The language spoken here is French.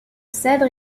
cèdre